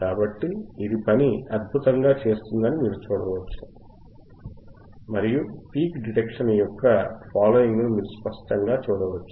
కాబట్టి ఇది అద్భుతంగా పని చేస్తుందని మీరు చూడవచ్చు మరియు పీక్ డిటెక్షన్ యొక్క ఫాలోయింగ్ను మీరు స్పష్టంగా చూడవచ్చు